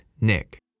Nick